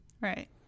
Right